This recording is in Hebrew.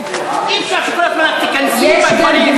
אני אאפשר לך עכשיו לסיים, אני נותנת, גם אני סגן